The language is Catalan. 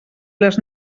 les